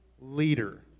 leader